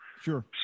Sure